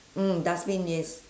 mm dustbin yes